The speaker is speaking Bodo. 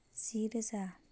जि रोजा